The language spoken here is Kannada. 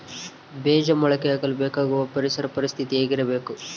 ಬೇಜ ಮೊಳಕೆಯಾಗಲು ಬೇಕಾಗುವ ಪರಿಸರ ಪರಿಸ್ಥಿತಿ ಹೇಗಿರಬೇಕು?